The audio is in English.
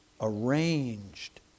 arranged